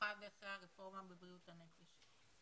במיוחד אחרי הרפורמה בבריאות הנפש.